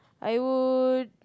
I would